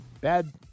Bad